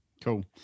Cool